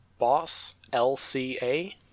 BossLCA